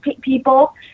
people